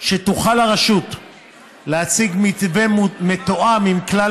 שתוכל הרשות להציג מתווה מתואם עם כלל